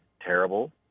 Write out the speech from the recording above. terrible